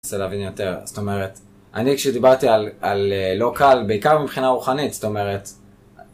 אני מנסה להבין יותר, זאת אומרת, אני כשדיברתי על, על לא קל, בעיקר מבחינה רוחנית, זאת אומרת